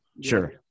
sure